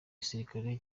igisirikare